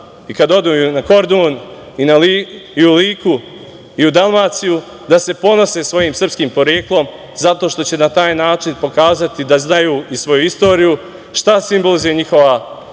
i kad odu i na Kordun i u Liku i u Dalmaciju, da se ponose svojim srpskim poreklom, zato što će na taj način pokazati da znaju i svoju istoriju, šta simbolizuje njihova zastava